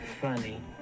funny